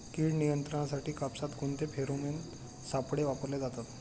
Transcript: कीड नियंत्रणासाठी कापसात कोणते फेरोमोन सापळे वापरले जातात?